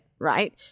Right